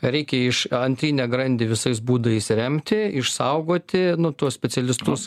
reikia iš antrinę grandį visais būdais remti išsaugoti tuos specialistus